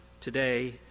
today